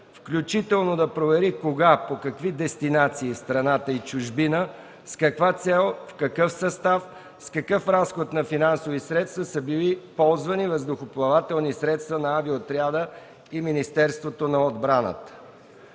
включително да провери кога, по какви дестинации в страната и чужбина, с каква цел, в какъв състав, с какъв разход на финансови средства са били ползвани въздухоплавателни средства на авиоотряда и Министерството на отбраната.